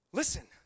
listen